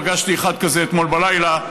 פגשתי אחד כזה אתמול בלילה,